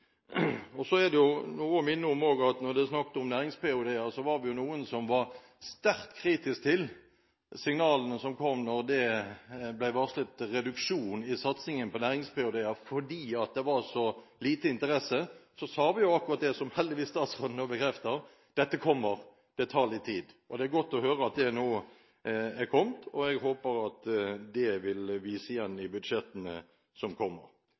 Så må jeg minne om at når det er snakk om nærings-ph.d.-er, var vi jo noen som var sterkt kritiske til de signalene som kom da det ble varslet reduksjon i satsingen på nærings-ph.d.-er. Fordi det var så liten interesse, sa vi akkurat det som statsråden heldigvis akkurat nå bekrefter: Dette kommer, men det tar litt tid. Det er godt å høre at det nå har kommet, og jeg håper at det vil vise igjen i budsjettene som kommer.